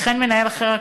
וכן מנהל אחר,